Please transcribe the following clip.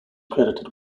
credited